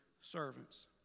servants